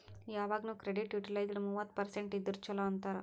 ಯವಾಗ್ನು credit utilised ಮೂವತ್ತ percent ಇದ್ದುರ ಛಲೋ ಅಂತಾರ್